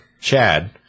Chad